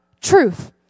truth